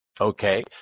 Okay